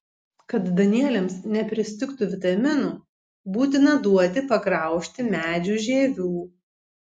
kad danieliams nepristigtų vitaminų būtina duoti pagraužti medžių žievių